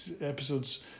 episodes